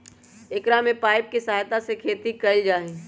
एकरा में पाइप के सहायता से खेती कइल जाहई